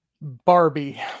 Barbie